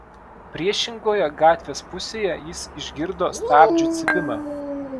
priešingoje gatvės pusėje jis išgirdo stabdžių cypimą